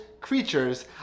creatures